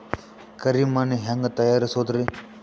ಕರಿ ಮಣ್ ಹೆಂಗ್ ತಯಾರಸೋದರಿ?